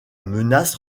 menace